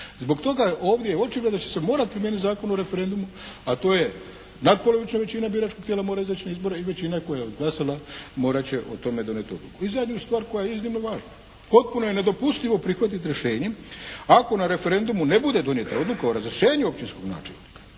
Zbog toga ovdje je očigledno da će se morati primijeniti Zakon o referendumu a to je natpolovična većina biračkog tijela mora izaći na izbore i većina koja je odglasala morat će o tome donijeti odluku. I zadnju stvar koja je iznimno važna. Potpuno je nedopustivo prihvatiti rješenjem ako na referendumu ne bude donijeta odluka o razrješenju općinskog načelnika